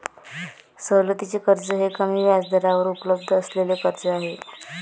सवलतीचे कर्ज हे कमी व्याजदरावर उपलब्ध असलेले कर्ज आहे